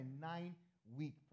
nine-week